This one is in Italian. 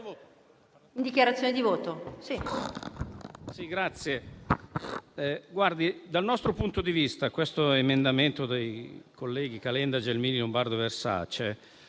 per dichiarazione di voto.